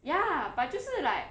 ya but 就是 like